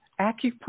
Acupuncture